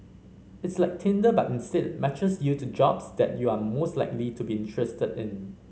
it's like Tinder but instead matches you to jobs that you are most likely to be interested in